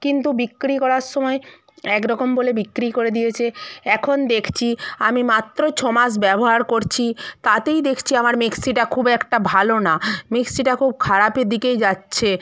কিন্তু বিক্রি করার সময় এক রকম বলে বিক্রি করে দিয়েছে এখন দেখছি আমি মাত্র ছ মাস ব্যবহার করছি তাতেই দেখছি আমার মেক্সিটা খুব একটা ভালো না মিক্সিটা খুব খারাপের দিকেই যাচ্ছে